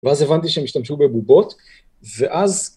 ואז הבנתי שהם השתמשו בבובות, ואז...